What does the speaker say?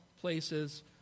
places